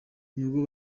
nibwo